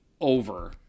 over